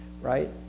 Right